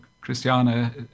Christiana